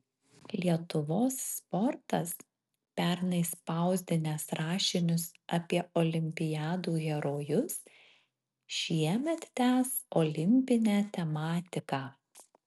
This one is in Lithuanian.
lietuvos sportas pernai spausdinęs rašinius apie olimpiadų herojus šiemet tęs olimpinę tematiką